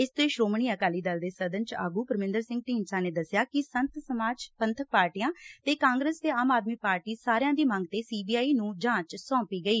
ਇਸ ਤੇ ਸ੍ਰੋਮਣੀ ਅਕਾਲੀ ਦਲ ਦੇ ਸਦਨ ਚ ਆਗੁ ਪਰਮਿੰਦਰ ਸਿੰਘ ਢੀਂਡਸਾ ਨੇ ਦਸਿਆ ਕਿ ਸੰਤ ਸਮਾਜ ਪੰਬਕ ਪਾਰਟੀਆ ਕਾਂਗਰਸ ਤੇ ਆਮ ਆਦਮੀ ਪਾਰਟੀ ਸਾਰਿਅ ਦੀ ਮੰਗ ਤੇ ਸੀ ਬੀ ਆਈ ਨੂੰ ਜਾਚ ਸੌਪੀ ਗਈ